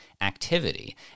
activity